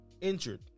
Injured